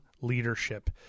leadership